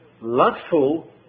lustful